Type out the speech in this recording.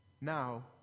Now